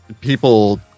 people